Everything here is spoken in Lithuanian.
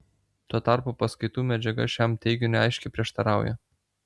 tuo tarpu paskaitų medžiaga šiam teiginiui aiškiai prieštarauja